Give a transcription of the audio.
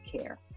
care